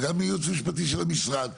וגם ייעוץ משפטי של המשרד,